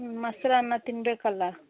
ಹ್ಞೂ ಮೊಸ್ರನ್ನ ತಿನ್ನಬೇಕಲ್ಲ